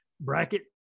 Bracket